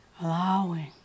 allowing